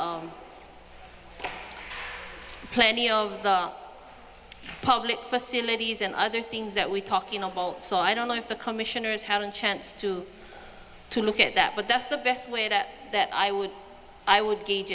of plenty of public facilities and other things that we're talking about so i don't know if the commissioners have a chance to look at that but that's the best way to that i would i would gauge